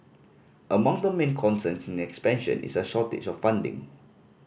among their main concerns in expansion is a shortage of funding